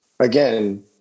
again